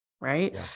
right